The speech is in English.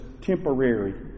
temporary